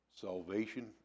salvation